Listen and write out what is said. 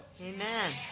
Amen